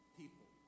people